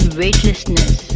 weightlessness